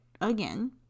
Again